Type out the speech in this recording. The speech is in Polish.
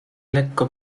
lekko